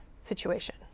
situation